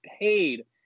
paid